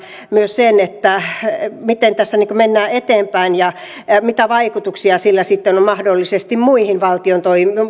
myös sen miten tässä mennään eteenpäin ja mitä vaikutuksia sillä sitten on mahdollisesti muihin valtion